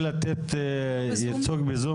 כיוון שאני צריך לנהל ועדה עוד 20 דקות,